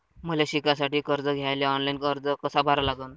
मले शिकासाठी कर्ज घ्याले ऑनलाईन अर्ज कसा भरा लागन?